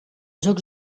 jocs